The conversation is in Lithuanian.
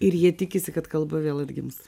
ir jie tikisi kad kalba vėl atgims